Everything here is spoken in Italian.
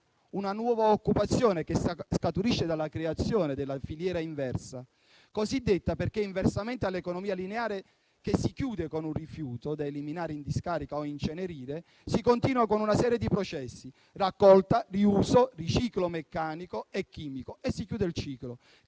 una nuova occupazione che scaturisce dalla creazione della filiera inversa, chiamata così perché, inversamente all'economia lineare che si chiude con un rifiuto da eliminare in discarica o incenerire, continua con una serie di processi (raccolta, riuso, riciclo meccanico e chimico), creando